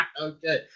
Okay